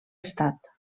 estat